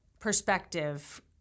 Perspective